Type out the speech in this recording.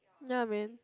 ya man